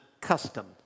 custom